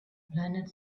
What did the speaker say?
planet